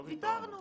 ויתרנו.